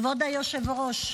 כבוד היושב-ראש,